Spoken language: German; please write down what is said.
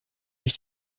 ich